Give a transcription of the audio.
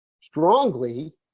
strongly